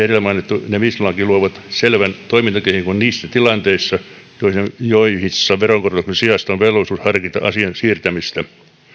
ja edellä mainittu ne bis laki luovat selvän toimintakehikon niissä tilanteissa joissa veronkorotuksen sijasta on velvollisuus harkita asian siirtämistä